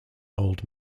old